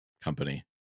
company